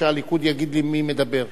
שהליכוד יגיד לי מי מדבר.